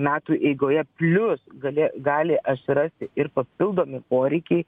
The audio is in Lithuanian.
metų eigoje plius gali gali atsirasti ir papildomi poreikiai